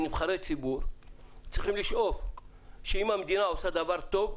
כנבחרי ציבור צריכים לשאוף שאם המדינה עושה דבר טוב,